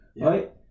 Right